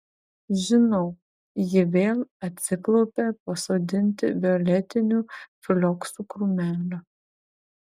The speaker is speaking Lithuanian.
žinau ji vėl atsiklaupė pasodinti violetinių flioksų krūmelio